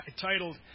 titled